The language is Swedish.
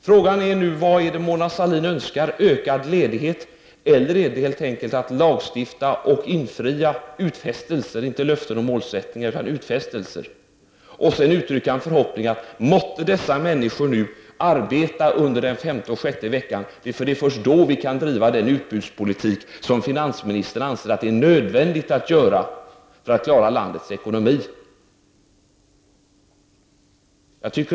Frågan är nu vad Mona Sahlin önskar; är det utökad ledighet eller är det helt enkelt infriade och lagstiftade utfästelser — inte löften och målsättningar utan utfästelser — med samtidigt uttryckta förhoppningar om att de berörda människorna skall arbeta under de femte och sjätte semesterveckorna? Först då kan vi nämligen driva den utbudspolitik som finansministern anser nödvändig för att klara landets ekonomi.